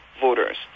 voters